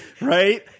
right